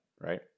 right